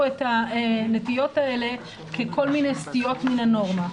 את הנטיות האלה ככל מיני סטיות מן הנורמה.